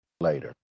later